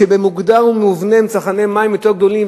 שבמוגדר ובמובנה הם צרכני מים יותר גדולים,